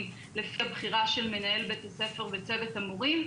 לפי בחירה של מנהל בית הספר וצוות המורים.